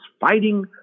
fighting